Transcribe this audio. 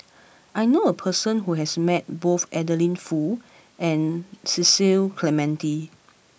I knew a person who has met both Adeline Foo and Cecil Clementi